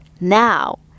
now